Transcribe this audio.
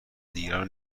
دیگران